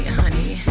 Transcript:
honey